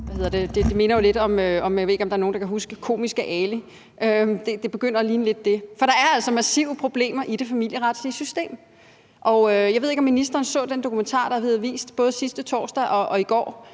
nogen, der kan huske ham. Det begynder lidt at ligne det, for der er altså massive problemer i det familieretslige system. Jeg ved ikke, om ministeren så den dokumentar, der blev vist både sidste torsdag og i går,